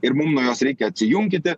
ir mum nuo jos reikia atsijunkyti